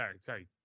Sorry